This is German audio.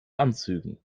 anzügen